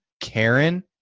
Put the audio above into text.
Karen